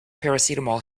paracetamol